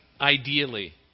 ideally